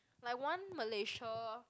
like one Malaysia